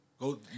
Go